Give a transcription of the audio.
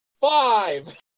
Five